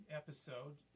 episode